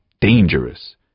dangerous